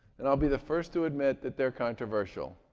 and i'll be the first to admit that they're controversial.